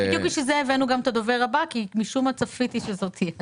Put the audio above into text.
בדיוק לשם כך הבאנו גם את הדובר הבא כי משום מה צפיתי שזאת תהיה התשובה.